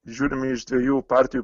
žiūrimi iš dviejų partijų